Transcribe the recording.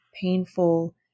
painful